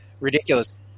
ridiculous